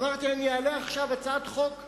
אמרתי, אני אעלה עכשיו הצעת חוק חברתית,